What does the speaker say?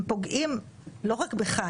הם פוגעים לא רק בך,